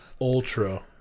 ultra